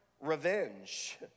revenge